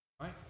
Right